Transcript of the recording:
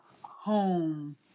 home